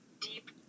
deep